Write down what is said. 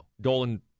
Dolan